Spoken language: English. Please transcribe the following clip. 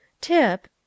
Tip